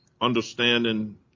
understanding